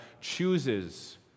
chooses